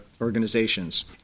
organizations